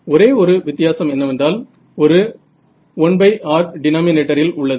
ஒரே ஒரு வித்தியாசம் என்னவென்றால் ஒரு 1r டினாமினேட்டரில் உள்ளது